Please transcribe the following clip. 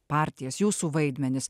partijas jūsų vaidmenis